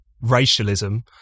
racialism